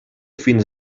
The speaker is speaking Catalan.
fins